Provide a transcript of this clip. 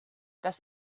dass